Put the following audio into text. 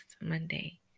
Monday